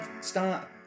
start